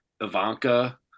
Ivanka